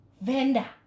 Vanda